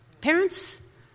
Parents